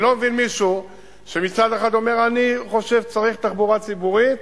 אני לא מבין מישהו שמצד אחד אומר: אני חושב שצריך תחבורה ציבורית מהירה,